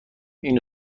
این